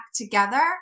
together